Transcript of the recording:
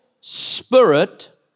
spirit